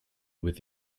with